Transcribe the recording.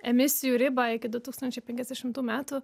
emisijų ribą iki du tūkstančiai penkiasdešimtų metų